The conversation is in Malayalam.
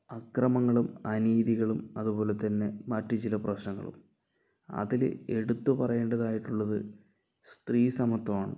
അക്രമങ്ങളും അനീതികളും അതുപോലെ തന്നെ മറ്റു ചില പ്രശ്നങ്ങളും അതില് എടുത്തു പറയേണ്ടത് ആയിട്ട് ഉള്ളത് സ്ത്രീസമത്വം ആണ്